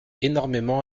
énormément